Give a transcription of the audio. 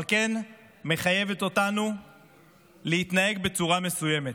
אבל כן מחייבת אותנו להתנהג בצורה מסוימת.